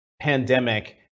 pandemic